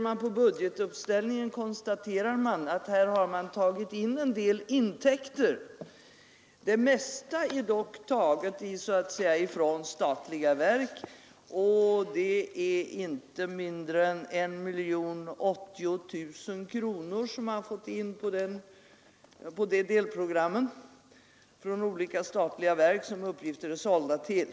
Av budgetuppställningen framgår att man här har tagit in en del intäkter. Det mesta, inte mindre än 1 080 000 kronor, har man fått in från olika statliga verk som uppgifter är sålda till.